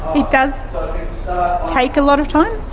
it does take a lot of time.